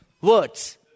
words